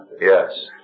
Yes